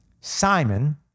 Simon